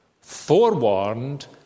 Forewarned